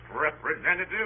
representative